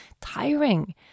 tiring